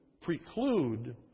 preclude